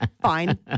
Fine